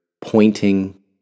pointing